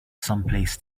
someplace